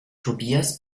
tobias